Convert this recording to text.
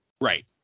Right